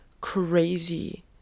crazy